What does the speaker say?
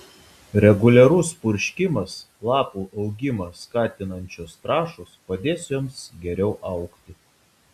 reguliarus purškimas lapų augimą skatinančios trąšos padės joms geriau augti